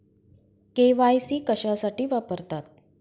KYC कशासाठी वापरतात?